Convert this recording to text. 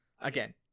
again